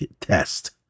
test